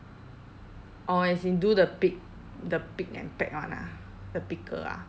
orh as in do the pick the pick and pack one ah the picker ah